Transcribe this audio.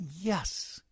yes